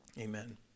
amen